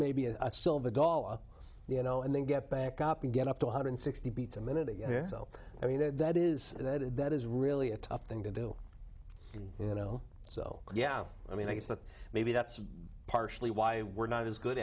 maybe a silver dollar you know and then get back up and get up to one hundred sixty beats a minute so i mean that is that is that is really a tough thing to do and you know so yeah i mean i guess that maybe that's partially why we're not as good